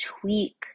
tweak